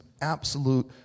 absolute